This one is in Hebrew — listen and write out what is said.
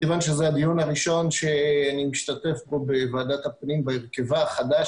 מכיוון שזה הדיון הראשון שאני משתתף בו בוועדת הפנים בהרכבה החדש,